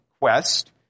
quest